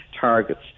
targets